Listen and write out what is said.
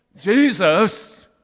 Jesus